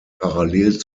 parallel